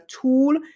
tool